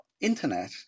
internet